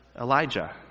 Elijah